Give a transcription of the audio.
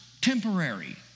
temporary